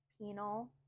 penal –